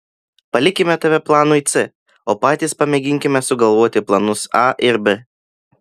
palikime tave planui c o patys pamėginkime sugalvoti planus a ir b